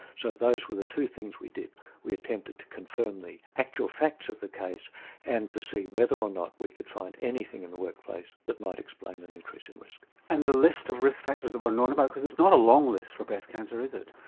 so those were the two things we did we attempted to confirm the actual facts of the case and to see whether or not we could find anything in the workplace that might explain an increasing risk. risk. and the list of risk factors that were known about, because it's not a long list for breast cancer is it?